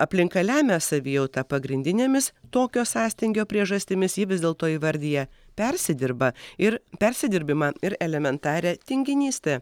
aplinka lemia savijautą pagrindinėmis tokio sąstingio priežastimis ji vis dėlto įvardija persidirba ir persidirbimą ir elementarią tinginystę